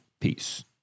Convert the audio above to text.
Peace